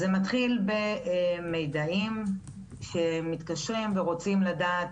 אז זה מתחיל במידעים, שמתקשרים ורוצים לדעת